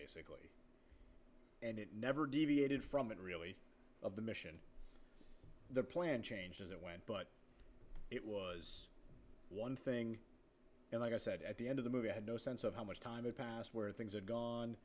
basic and it never deviated from it really of the mission the plan changes that went but it was one thing and i said at the end of the movie i had no sense of how much time is past where things have gone